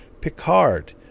Picard